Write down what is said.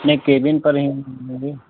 अपने केबिन पर ही मिलें